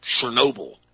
Chernobyl